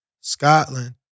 Scotland